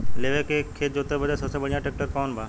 लेव के खेत जोते बदे सबसे बढ़ियां ट्रैक्टर कवन बा?